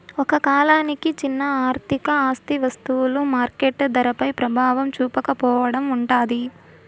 ఒక కాలానికి చిన్న ఆర్థిక ఆస్తి వస్తువులు మార్కెట్ ధరపై ప్రభావం చూపకపోవడం ఉంటాది